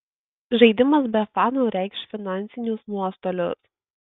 žaidimas be fanų reikš finansinius nuostolius